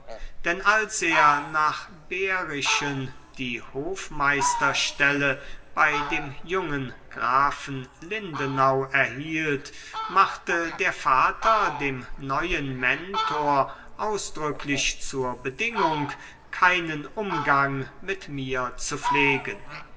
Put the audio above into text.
denn als er nach behrischen die hofmeisterstelle bei dem jungen grafen lindenau erhielt machte der vater dem neuen mentor ausdrücklich zur bedingung keinen umgang mit mir zu pflegen